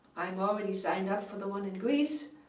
i'm already signed up for the one in greece.